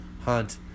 Hunt